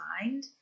mind